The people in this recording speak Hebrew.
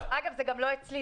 אגב, זה גם לא אצלי.